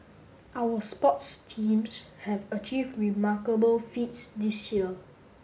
our sports teams have achieved remarkable feats this year